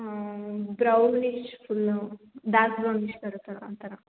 ಹ್ಞೂ brownish full dark brownish ಬರುತ್ತೆಲ್ಲಾ ಆ ಥರ